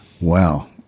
Wow